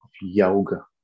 yoga